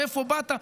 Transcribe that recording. מאיפה באת.